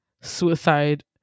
suicide